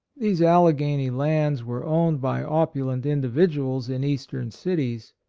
these alleghany lands were owned by opulent individuals in eastern cities,